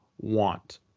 want